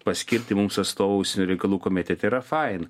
paskirti mums atstovą užsienio reikalų komitete yra faina